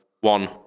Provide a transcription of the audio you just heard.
One